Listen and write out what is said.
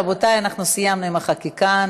רבותי, אנחנו סיימנו עם החקיקה.